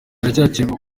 haracyakenewe